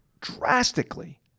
drastically